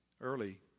early